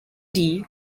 dee